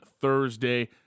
Thursday